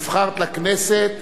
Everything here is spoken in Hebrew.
נבחרת לכנסת,